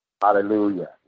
Hallelujah